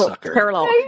parallel